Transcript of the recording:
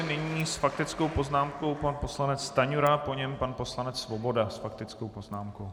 Nyní s faktickou poznámkou pan poslanec Stanjura, po něm pan poslanec Svoboda s faktickou poznámkou.